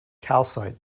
calcite